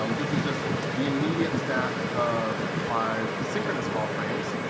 um this is just the immediate stack of five synchronous call frames,